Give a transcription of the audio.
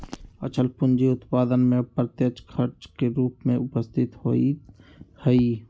अचल पूंजी उत्पादन में अप्रत्यक्ष खर्च के रूप में उपस्थित होइत हइ